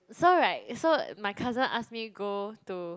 so right so my cousin ask me go to